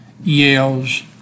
yells